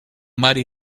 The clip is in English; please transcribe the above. mighty